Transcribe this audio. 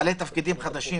בעלי התפקידים החדשים